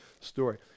story